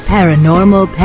Paranormal